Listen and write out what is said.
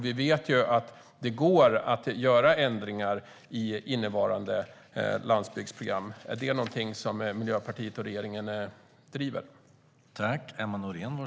Vi vet att det går att göra ändringar i innevarande landsbygdsprogram. Är det något som Miljöpartiet och regeringen driver?